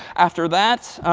after that,